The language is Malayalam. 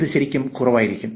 ഇത് ശരിക്കും കുറവായിരിക്കണം